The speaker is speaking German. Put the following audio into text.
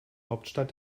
hauptstadt